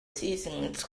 seasons